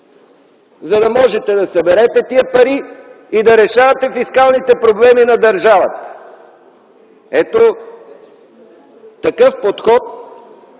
За да можете да съберете тези пари и да решавате фискалните проблеми на държавата. Ето такъв подход,